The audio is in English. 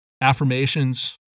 Affirmations